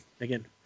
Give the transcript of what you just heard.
Again